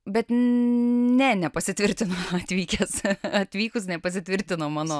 bet ne nepasitvirtina atvykęs atvykus nepasitvirtino mano